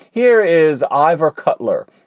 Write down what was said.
here is ivor cutler,